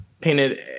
painted